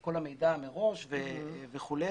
כל המידע מראש וכו'.